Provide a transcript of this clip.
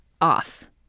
off